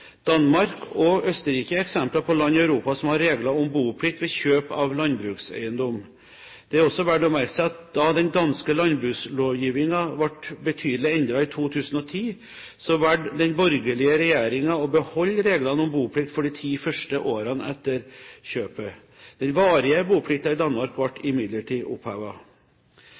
Danmark og Østerrike er eksempler på land i Europa som har regler om boplikt ved kjøp av landbrukseiendom. Det er også verdt å merke seg at da den danske landbrukslovgivningen ble betydelig endret i 2010, valgte den borgerlige regjeringen å beholde reglene om boplikt for de ti første årene etter kjøpet. Den varige boplikten i Danmark ble imidlertid